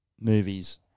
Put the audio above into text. movies